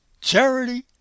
charity